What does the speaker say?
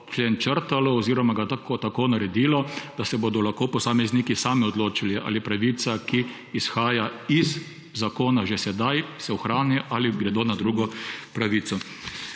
črtalo oziroma ga tako naredilo, da se bodo lahko posamezniki sami odločili, ali se ohrani pravica, ki izhaja iz zakona že sedaj, ali gredo na drugo pravico.